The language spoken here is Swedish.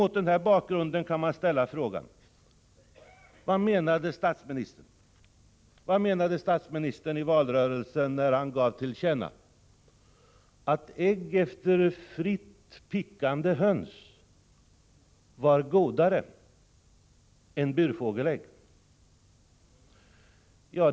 Mot den här bakgrunden kan man ställa frågan: Vad menade statsministern när han i valrörelsen gav till känna att ägg efter fritt pickande höns var godare än burfågelägg?